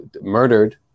murdered